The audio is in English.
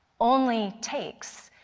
only takes,